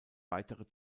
weitere